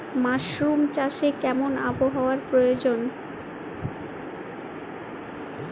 Mushroom চাষে কেমন আবহাওয়ার প্রয়োজন?